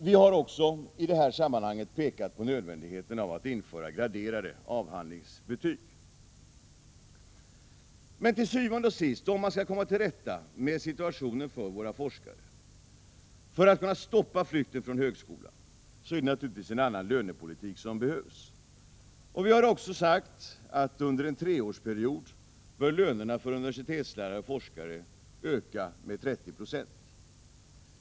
Vi har i detta sammanhang också pekat på nödvändigheten av att införa graderade avhandlingsbetyg. Om man skall komma till rätta med situationen för våra forskare och om man skall kunna stoppa flykten från högskolan är det til syvende og sidst naturligtvis en annan lönepolitik som behövs. Vi har sagt att lönerna för universitetslärare och forskare under en treårsperiod bör öka med 30 96.